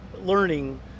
learning